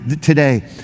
today